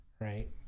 right